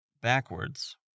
backwards